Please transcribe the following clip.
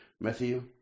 Matthew